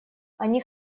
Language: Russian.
они